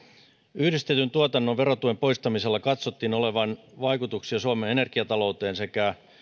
yhdistetyn tuotannon verotuen poistamisella katsottiin olevan vaikutuksia suomen energiatalouteen ja